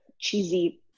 cheesy